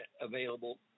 available